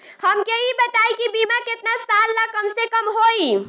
हमके ई बताई कि बीमा केतना साल ला कम से कम होई?